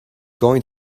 going